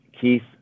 Keith